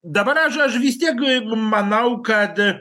dabar aš aš vistiek g manau kad